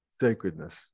sacredness